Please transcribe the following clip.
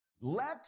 Let